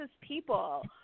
people